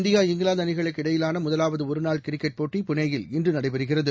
India இங்கிலாந்துஅணிகளுக்கு இடையிலானமுதலாவதுஒருநாள் cricket போட்டி புனேயில் இன்றுநடைபெறுகிறது